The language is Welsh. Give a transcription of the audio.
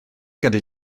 gyda